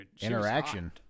interaction